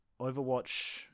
Overwatch